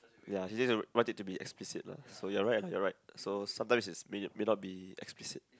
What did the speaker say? ya she say want it to be explicit lah so you're right lah you're right so sometimes is it may may not be explicit